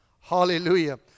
Hallelujah